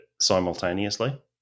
simultaneously